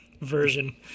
version